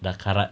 dah karat